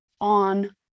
on